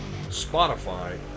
Spotify